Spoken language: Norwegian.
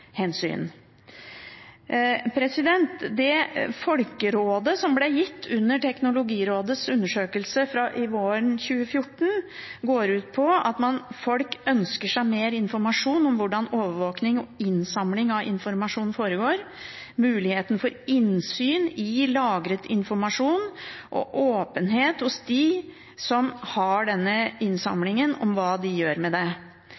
Det folkerådet som ble gitt under Teknologirådets undersøkelse fra våren 2014, går ut på at folk ønsker seg mer informasjon om hvordan overvåkning og innsamling av informasjon foregår, muligheten for innsyn i lagret informasjon og åpenhet hos dem som har denne innsamlingen om hva de gjør med det.